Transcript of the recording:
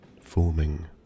forming